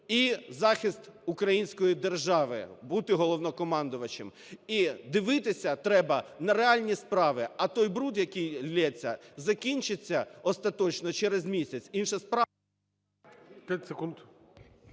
і захист української держави, бути Головнокомандувачем. І дивитися треба на реальні справи, а той бруд, який ллється, закінчиться остаточно через місяць.